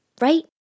right